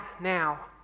now